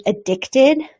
addicted